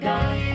God